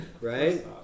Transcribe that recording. Right